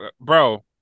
bro